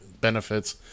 benefits